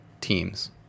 teams